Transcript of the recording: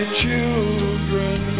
children